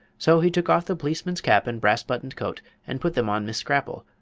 so he took off the policeman's cap and brass-buttoned coat and put them on miss scrapple,